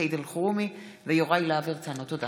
סעיד אלחרומי ויוראי להב הרצנו בנושא: פגיעה אנושה